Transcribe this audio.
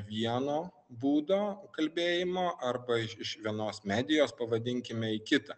vieno būdo kalbėjimo arba iš vienos medijos pavadinkime į kitą